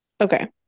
okay